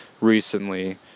recently